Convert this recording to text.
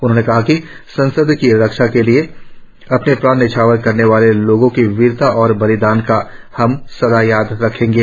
उन्होंने कहा कि संसद की रक्षा के लिए अपने प्राण न्यौछावर करने वाले लोगों की वीरता और बलिदान का हम सदा याद रखेंगे